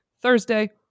Thursday